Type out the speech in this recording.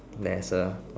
there's a